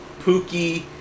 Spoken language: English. Pookie